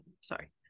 sorry